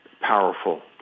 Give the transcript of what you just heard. powerful